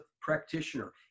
practitioner